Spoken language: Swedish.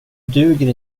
duger